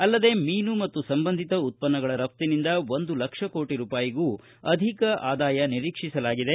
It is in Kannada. ಅಲ್ಲದೇ ಮೀನು ಮತ್ತು ಸಂಬಂಧಿತ ಉತ್ತನ್ನಗಳ ರಫ್ಟಿನಿಂದ ಒಂದು ಲಕ್ಷ ಕೋಟಿ ರೂಪಾಯಿಗೂ ಅಧಿಕ ಆದಾಯ ನಿರೀಕ್ಷಿಸಲಾಗಿದೆ